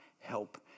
help